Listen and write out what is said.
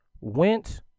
went